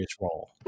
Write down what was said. role